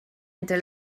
entre